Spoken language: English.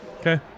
okay